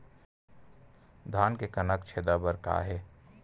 धान के तनक छेदा बर का हे?